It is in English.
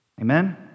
Amen